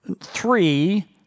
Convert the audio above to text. three